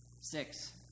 Six